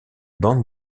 bande